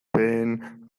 ven